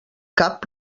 cap